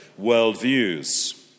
worldviews